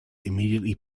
immediately